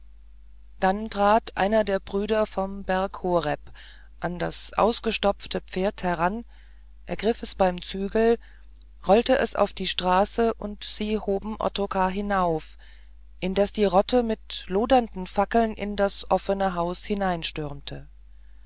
dann trat einer der brüder vom berg horeb an das ausgestopfte pferd heran ergriff es beim zügel rollte es auf die straße und sie hoben ottokar hinauf indes die rotte mit lodernden fackeln in das offene haus